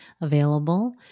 available